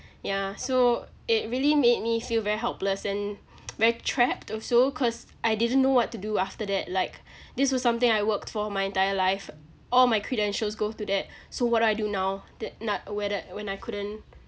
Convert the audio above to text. yeah so it really made me feel very helpless and very trapped also cause I didn't know what to do after that like this was something I worked for my entire life all my credentials go to that so what do I do now that not where the when I couldn't